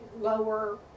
lower